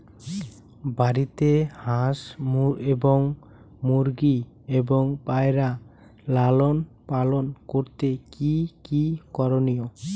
বাড়িতে হাঁস এবং মুরগি ও পায়রা লালন পালন করতে কী কী করণীয়?